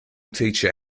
teacher